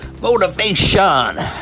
Motivation